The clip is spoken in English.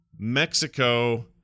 Mexico